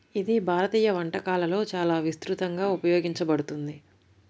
ఇది భారతీయ వంటకాలలో చాలా విస్తృతంగా ఉపయోగించబడుతుంది